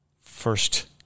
first